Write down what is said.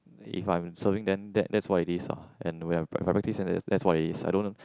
if I'm serving then that that's what is this and when I practice that's what is this I don't